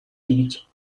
teach